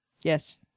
yes